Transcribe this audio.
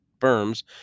firms